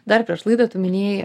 dar prieš laidą tu minėjai